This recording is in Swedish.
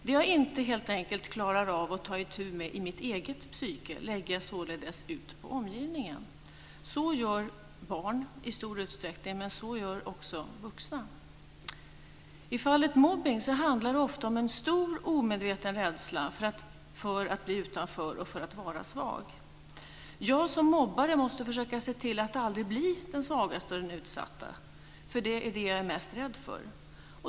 Det jag helt enkelt inte klarar av att ta itu med i mitt eget psyke lägger jag således ut på omgivningen. Så gör barn i stor utsträckning, och så gör också vuxna. I fallet mobbning handlar det om en stor omedveten rädsla för att bli utanför och för att vara svag. Jag som mobbare måste försöka se till att aldrig bli den svagaste och den utsatta. Det är vad jag är mest rädd för.